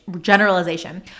generalization